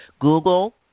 Google